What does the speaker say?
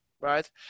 right